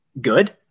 good